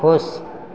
खुश